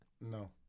No